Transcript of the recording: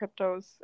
cryptos